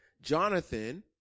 Jonathan